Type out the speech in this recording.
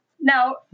Now